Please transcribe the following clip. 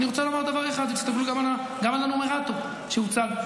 תסתכלו גם על הנומרטור שהוצג,